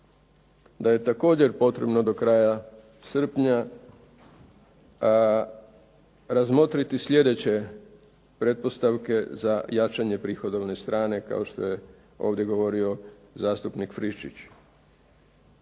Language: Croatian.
da je također potrebno do kraja srpnja razmotriti slijedeće pretpostavke za jačanje prihodovne strane kao što je ovdje govorio zastupnik Friščić.